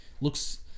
looks